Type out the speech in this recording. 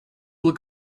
look